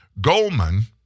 Goldman